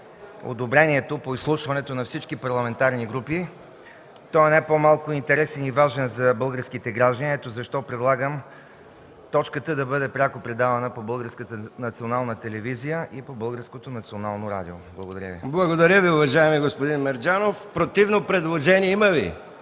Благодаря Ви, уважаеми господин Мерджанов. Противно предложение има ли?